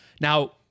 Now